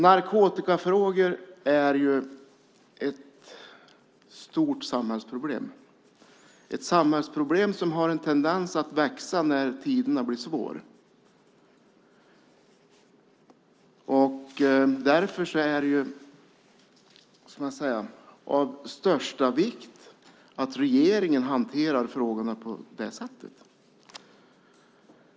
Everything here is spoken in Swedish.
Narkotikafrågor är ett stort samhällsproblem - ett samhällsproblem som har en tendens att växa när tiderna blir svåra. Därför är det av största vikt att regeringen hanterar frågorna på det sättet.